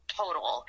total